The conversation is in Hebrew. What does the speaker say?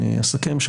אני אסכם,